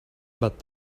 but